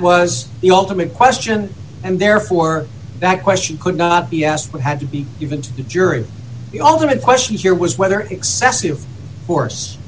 was the ultimate question and therefore that question could not be asked but had to be given to the jury the alternate question here was whether excessive force